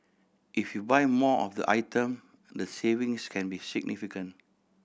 if you buy more of the item the savings can be significant